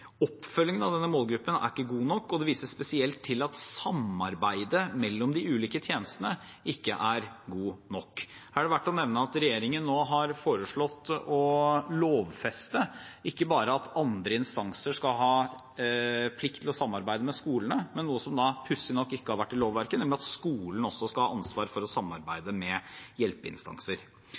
Oppfølgingen av denne målgruppen er ikke god nok, og det vises spesielt til at samarbeidet mellom de ulike tjenestene ikke er godt nok. Her er det verdt å nevne at regjeringen nå har foreslått å lovfeste ikke bare at andre instanser skal ha plikt til å samarbeide med skolene, men noe som pussig nok ikke har vært i lovverket, nemlig at skolen også skal ha ansvar for å samarbeide med hjelpeinstanser.